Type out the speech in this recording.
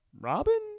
Robin